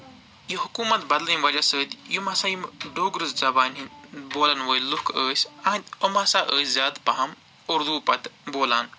یہِ حٔکوٗمَت بدلنہٕ سۭتۍ یِم ہسا یِم ڈوٗگرٕ زَبانہِ ۂندۍ بولَن وٲلۍ لُکھ ٲسۍ أمۍ ہسا ٲسۍ پَتہٕ زیادٕ پَہَم اُردوٗ بولان